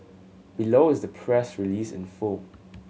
below is the press release in full